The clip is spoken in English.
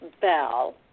bell